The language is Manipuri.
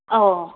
ꯑꯧ